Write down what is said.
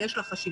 ויש לה חשיבות.